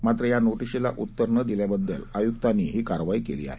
मात्र या नोटिशीला उत्तर न दिल्याबद्दल आयुक्तांनी ही कारवाई केली आहे